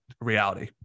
reality